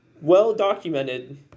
well-documented